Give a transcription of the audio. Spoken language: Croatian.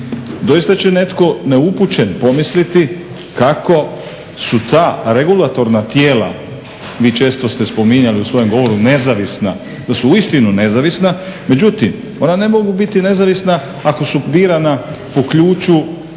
Doista će netko neupućen pomisliti kako su ta regulatorna tijela vi često ste spominjali u svojem govoru nezavisna da su uistinu nezavisna, međutim ona ne mogu biti nezavisna ako su birana po ključu